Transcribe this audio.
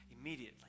immediately